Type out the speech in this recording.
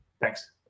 thanks